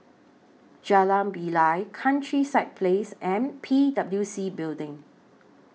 Jalan Bilal Countryside Place and P W C Building